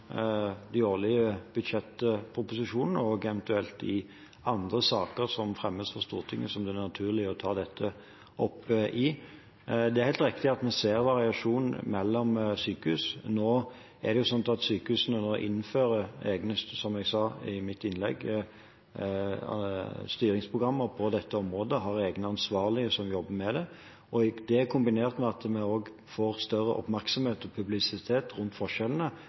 de årlige budsjettproposisjonene og eventuelt de andre sakene som fremmes for Stortinget, der det er naturlig å ta dette opp. Det er helt riktig at vi ser variasjon mellom sykehus. Nå er det slik at sykehusene innfører, som jeg sa i mitt innlegg, styringsprogrammer på dette området, og de har egne ansvarlige som jobber med det. Det, kombinert med at vi får større oppmerksomhet og publisitet rundt forskjellene,